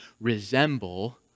resemble